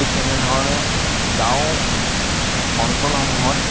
ঠিক তেনেধৰণে গাঁও অঞ্চলসমূহত